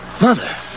Mother